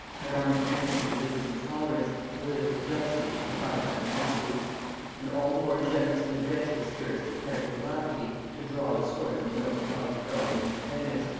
had armed the hands of religious intolerance, political jealousy, or private animosity and all the more generous and adventurous spirits prepared with alacrity to draw the sword in the noble cause of belgian independence,